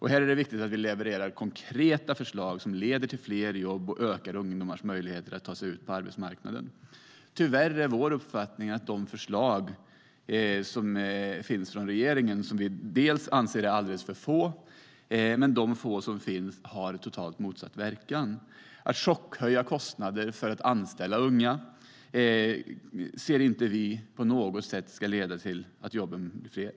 Här är det viktigt att vi levererar konkreta förslag som leder till fler jobb och ökar ungdomars möjligheter att ta sig ut på arbetsmarknaden. Tyvärr är vår uppfattning att förslagen från regeringen, som vi dessutom anser är alldeles för få, har totalt motsatt verkan. Att chockhöja kostnaderna för att anställa unga ser vi inte på något sätt kan leda till att jobben blir fler.